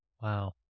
Wow